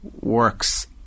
works